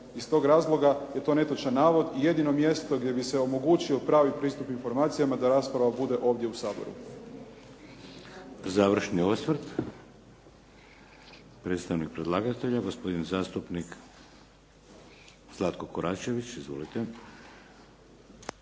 Iz tog razloga je to netočan navod i jedino mjesto gdje bi se omogućio pravi pristup informacijama je da rasprava bude ovdje u Saboru. **Šeks, Vladimir (HDZ)** Završni osvrt, predstavnik predlagatelja, gospodin zastupnik Zlatko Koračević. Izvolite.